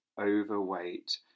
Overweight